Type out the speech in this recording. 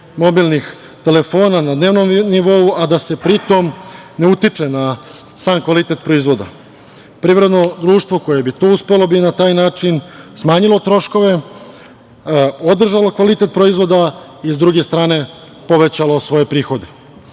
mobilnih telefona na dnevnom nivou, a da se pri tome ne utiče na sam kvalitet proizvoda. Privredno društvo koje bi to uspelo bi na taj način smanjilo troškove, održalo kvalitet proizvoda i sa druge strane povećalo svoje prihode. Normalno